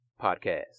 podcast